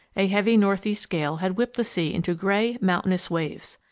a heavy northeast gale had whipped the sea into gray, mountainous waves.